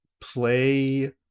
play